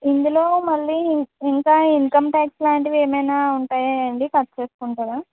ఇందులో మళ్ళీ ఇంకా ఇన్కమ్ ట్యాక్స్ లాంటివి ఏమైనా ఉంటాయా అండి కట్ చేసుకుంటారా